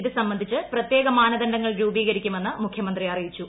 ഇത് സംബന്ധിച്ച് പ്രത്യേക മാനദണ്ഡങ്ങൾ രൂപീകരിക്കുമെന്ന് മുഖ്യമന്ത്രി അറിയിച്ചു